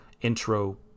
intro